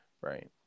Right